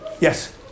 Yes